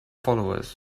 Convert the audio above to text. followers